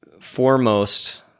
foremost